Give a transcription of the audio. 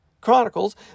Chronicles